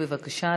בבקשה,